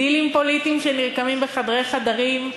דילים פוליטיים שנרקמים בחדרי-חדרים,